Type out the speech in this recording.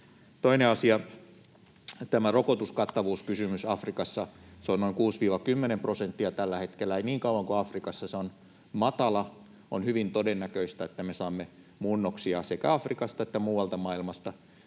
Toinen asia on tämä rokotuskattavuuskysymys Afrikassa. Se on noin 6—10 prosenttia tällä hetkellä. Niin kauan kuin se Afrikassa on matala, on hyvin todennäköistä, että me saamme muunnoksia sekä Afrikasta että muualta maailmasta.